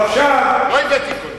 לא הבאתי כל דבר.